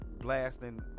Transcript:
blasting